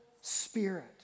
spirit